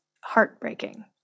heartbreaking